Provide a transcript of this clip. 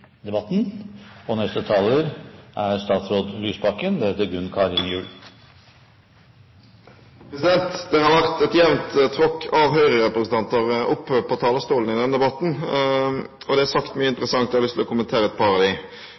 debatten. Det har vært et jevnt tråkk av Høyre-representanter oppe på talerstolen i denne debatten, og det er sagt mye interessant. Jeg har lyst til å kommentere et par av